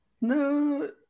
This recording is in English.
no